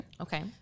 Okay